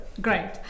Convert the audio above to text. Great